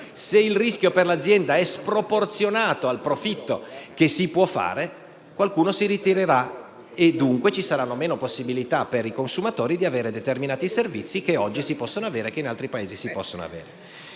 e il rischio per l'azienda è sproporzionato rispetto al profitto che può fare, allora qualcuno si ritirerà e, dunque, ci saranno meno possibilità per i consumatori di avere determinati servizi che oggi si possono avere e che in altri Paesi si potranno